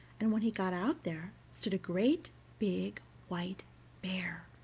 and when he got out there stood a great big white bear.